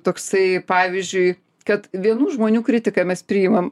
toksai pavyzdžiui kad vienų žmonių kritiką mes priimam